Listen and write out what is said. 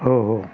हो हो